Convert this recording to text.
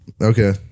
Okay